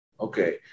okay